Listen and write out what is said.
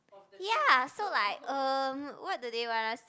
ya so like um what do they want us